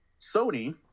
Sony